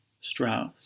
Strauss